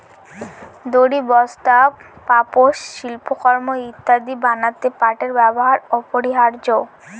দড়ি, বস্তা, পাপোষ, শিল্পকর্ম ইত্যাদি বানাতে পাটের ব্যবহার অপরিহার্য